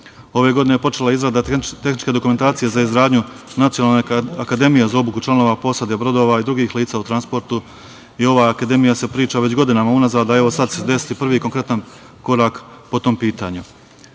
Ove godine je počela izrada tehničke dokumentacije za izgradnju nacionalne akademije za obuku članova posade brodova i drugih lica u transportu. O ovoj akademiji se priča već godinama unazad, a sada će se desiti prvi konkretan korak po tom pitanju. Kada